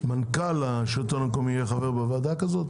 שמנכ"ל השלטון המקומי יהיה חבר בוועדה כזו?